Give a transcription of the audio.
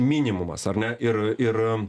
minimumas ar ne ir ir